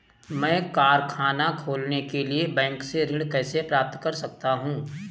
मैं कारखाना खोलने के लिए बैंक से ऋण कैसे प्राप्त कर सकता हूँ?